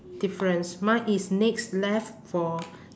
difference mine is next left for